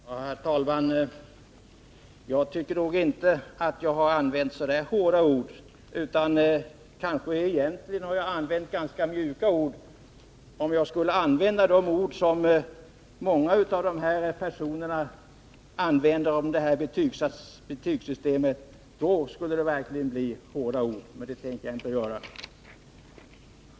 Herr talman! Jag tycker nog inte att jag har använt så hårda ord. Egentligen har jag använt ganska mjuka ord. Om jag skulle använda de ord som många av de berörda personerna använder om detta betygssystem, då skulle det verkligen bli hårda ord — men det skall jag inte göra.